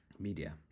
Media